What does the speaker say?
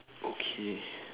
okay